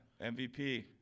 MVP